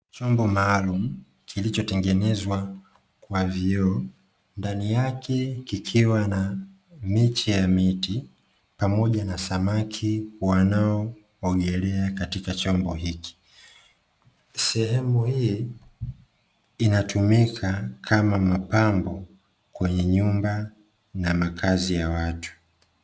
Chombo maalumu kilichotengenezwa kwa vioo, ndani yake kikiwa na miche ya miti pamoja na samaki wanaoogelea katika chombo hiki. Sehemu hii inatumika kama mapambo kwenye nyumba na makazi ya watu.